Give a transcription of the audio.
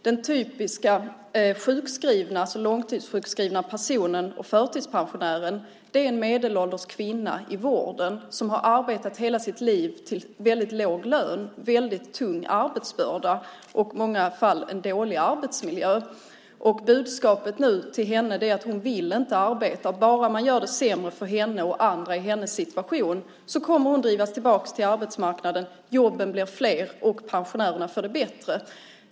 Den typiska långtidssjukskrivna personen eller förtidspensionären är en medelålders kvinna i vården som har arbetat i hela sitt liv till låg lön, med en väldigt tung arbetsbörda och i många fall i en dålig arbetsmiljö. Budskapet till henne nu är att hon inte vill arbeta och att om man bara gör det sämre för henne och andra i hennes situation, kommer hon att drivas tillbaka till arbetsmarknaden, jobben blir fler och pensionärerna får det bättre.